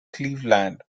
cleveland